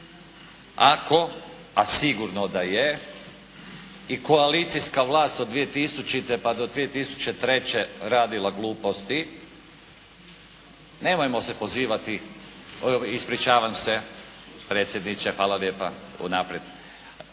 Ako, a sigurno da je, i koalicijska vlast od 2000. pa do 2003. radila gluposti, nemojmo se pozivati, ispričavam se predsjedniče hvala lijepa unaprijed,